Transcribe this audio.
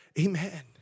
Amen